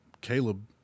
Caleb